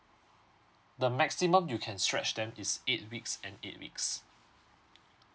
the maximum you can stretch them is eight weeks and eight weeks